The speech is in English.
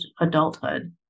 adulthood